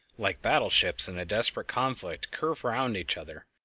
like battleships in desperate conflict, curve round each other,